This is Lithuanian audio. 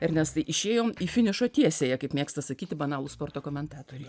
ernestai išėjom į finišo tiesiąją kaip mėgsta sakyti banalūs sporto komentatoriai